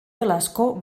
velasco